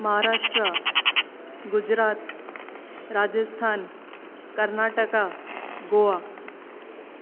Maharashtra Gujarat Rajasthan Karnataka Goa